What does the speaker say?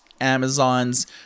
Amazon's